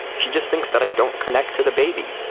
she just thinks that i don't connect to the baby,